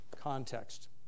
context